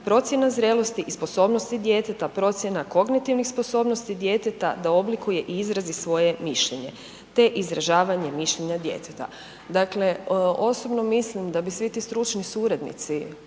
procjena zrelosti i sposobnosti djeteta, procjena kognitivnih sposobnosti djeteta da oblikuje i izrazi svoje mišljenje te izražavanje mišljenja djeteta. Dakle, osobno mislim da bi svi ti stručni suradnici